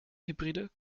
hybride